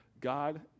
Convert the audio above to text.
God